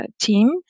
team